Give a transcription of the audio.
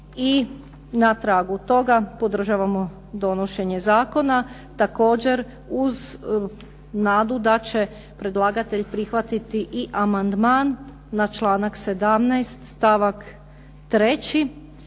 I na tragu toga, podržavamo donošenje zakona. Također uz nadu da će predlagatelj prihvatiti i amandman na članak 17. stavak 3.